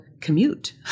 commute